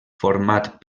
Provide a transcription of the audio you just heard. format